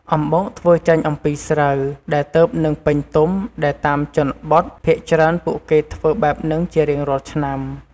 អំំបុកធ្វើចេញអំពីស្រូវ ដែលទើបនឹងពេញទុំ ដែលតាមជនបទ ភាគច្រើនពួកគេធ្វើបែបនឹងរៀងរាល់ឆ្នាំ។